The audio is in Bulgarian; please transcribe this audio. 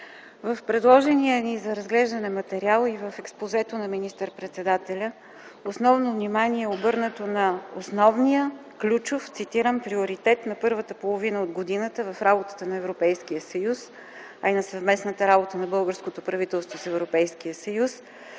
В предложения ни за разглеждане материал и в експозето на министър-председателя основно внимание е обърнато на „основния, ключов”, цитирам, „приоритет на първата половина от годината в работата на Европейския съюз, а и на съвместната работа на българското правителство с Европейския съюз